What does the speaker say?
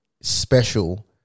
special